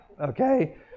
okay